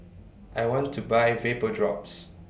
I want to Buy Vapodrops